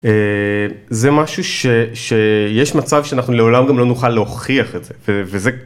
זה משהו שיש מצב שאנחנו לעולם לא נוכל להוכיח את זה.